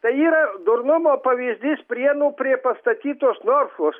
tai yra durnumo pavyzdys prienų prie pastatytos norfos